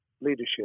leadership